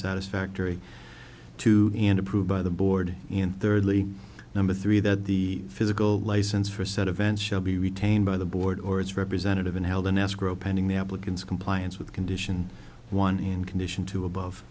satisfactory to and approved by the board and thirdly number three that the physical license for said event shall be retained by the board or its representative and held in escrow pending the applicant's compliance with condition one in condition two above